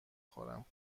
خورم